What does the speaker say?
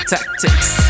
Tactics